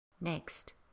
Next